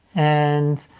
and